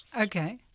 Okay